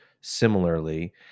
similarly